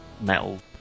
metal